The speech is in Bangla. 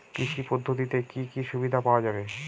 কৃষি পদ্ধতিতে কি কি সুবিধা পাওয়া যাবে?